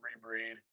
rebreed